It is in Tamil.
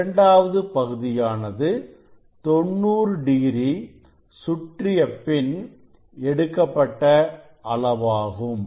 இரண்டாவது பகுதியானது 90 டிகிரி சுற்றிய பின் எடுக்கப்பட்ட அளவாகும்